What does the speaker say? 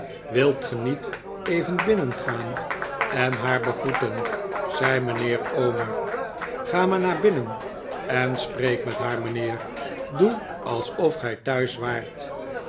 wilt ge niet even binnengaan en haar begroeten zei miinheer omer ga maar naar binnen en spreek met haar mijnheer doe alsof gij thuis waart